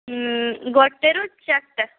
ଗୋଟେରୁ ଚାରିଟା